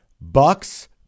Bucks